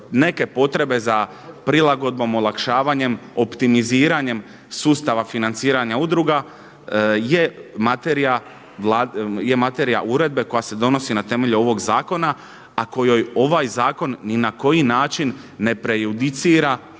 neke potrebe za prilagodbom, olakšavanjem, optimiziranjem sustava financiranja udruga je materija uredbe koja se donosi na temelju ovog zakona, a kojoj ovaj zakon ni na koji način ne prejudicira